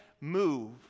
move